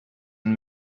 and